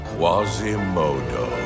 Quasimodo